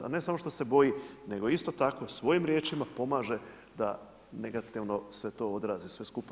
A ne samo što se boji, nego isto tako svojim riječima pomaže da negativno se to odrazi, sve skupa.